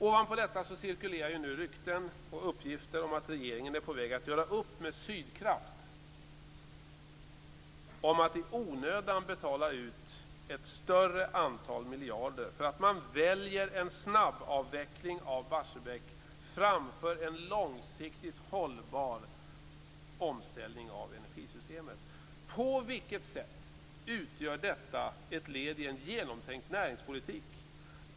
Ovanpå detta cirkulerar nu rykten och uppgifter om att regeringen är på väg att göra upp med Sydkraft om att i onödan betala ut ett större antal miljarder för att man väljer en snabbavveckling av Barsebäck framför en långsiktigt hållbar omställning av energisystemet. På vilket sätt utgör detta ett led i en genomtänkt näringspolitik?